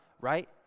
right